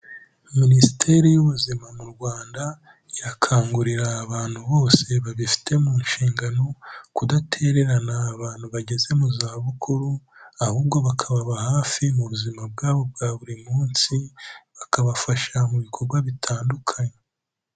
Minisiteri y'ubuzima mu Rwanda irakangurira abantu bose babifite mu nshingano kudatererana abantu bageze mu zabukuru ahubwo bakababa hafi mu buzima bwabo bwa buri munsi, bakabafasha mu bikorwa bitandukanye.